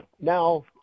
now